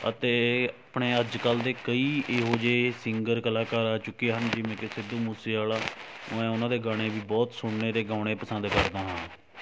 ਅਤੇ ਆਪਣੇ ਅੱਜ ਕੱਲ੍ਹ ਦੇ ਕਈ ਇਹੋ ਜਿਹੇ ਸਿੰਗਰ ਕਲਾਕਾਰ ਆ ਚੁੱਕੇ ਹਨ ਜਿਵੇਂ ਕਿ ਸਿੱਧੂ ਮੂਸੇਆਲਾ ਮੈਂ ਉਹਨਾਂ ਦੇ ਗਾਣੇ ਵੀ ਬਹੁਤ ਸੁਣਨੇ ਅਤੇ ਗਾਉਣੇ ਪਸੰਦ ਕਰਦਾ ਹਾਂ